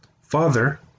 Father